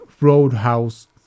Roadhouse